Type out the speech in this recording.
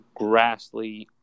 Grassley